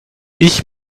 ich